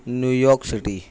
New York City